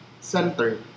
Center